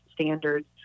standards